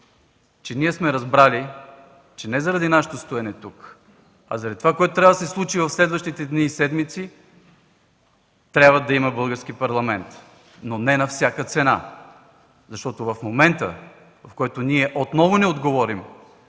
че сме разбрали, че не заради нашето стоене тук, а заради това, което трябва да се случи в следващите дни и седмици, трябва да има български Парламент. Но не на всяка цена, защото в момента, в който отново не отговорим